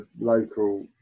local